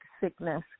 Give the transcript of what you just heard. sickness